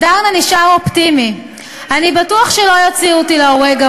בדארנה נשאר אופטימי: "אני בטוח שלא יוציאו אותי להורג",